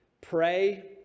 Pray